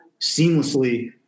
seamlessly